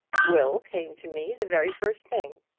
will came to me the very first thing.